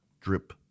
drip